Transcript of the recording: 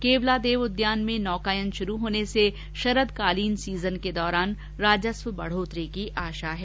केवलादेव उद्यान में नौकायान शुरू होने से शरद कालीन सीजन में राजस्व बढ़ोत्तरी की आशा है